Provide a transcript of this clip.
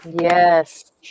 Yes